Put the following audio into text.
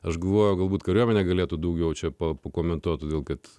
aš galvoju galbūt kariuomenė galėtų daugiau čia pakomentuoti todėl kad